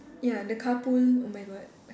ya the carpool oh my god